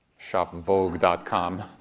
Shopvogue.com